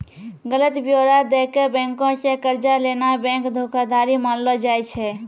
गलत ब्योरा दै के बैंको से कर्जा लेनाय बैंक धोखाधड़ी मानलो जाय छै